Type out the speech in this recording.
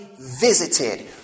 Visited